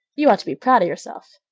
you ought to be proud of yourself.